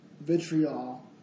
vitriol